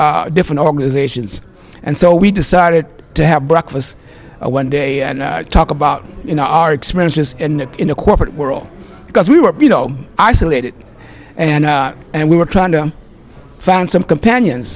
these different organizations and so we decided to have breakfast one day and talk about you know our experiences in the corporate world because we were you know isolated and and we were trying to found some companions